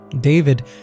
David